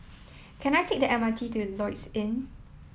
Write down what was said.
can I take the M R T to Lloyds Inn